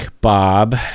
bob